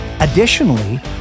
Additionally